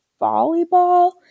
volleyball